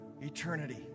eternity